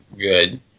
good